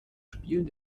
spielen